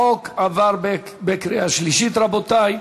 החוק עבר בקריאה שלישית, רבותי,